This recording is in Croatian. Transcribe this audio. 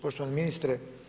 Poštovani ministre.